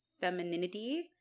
femininity